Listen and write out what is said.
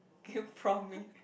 came from me